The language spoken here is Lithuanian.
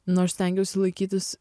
nu aš stengiausi laikytis